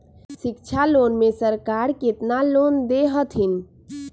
शिक्षा लोन में सरकार केतना लोन दे हथिन?